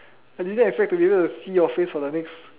I didn't expect to be able to see your face for the next